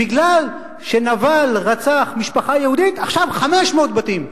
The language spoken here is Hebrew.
בגלל שנבל רצח משפחה יהודית, עכשיו 500 בתים.